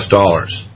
dollars